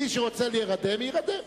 מי שרוצה להירדם, יירדם.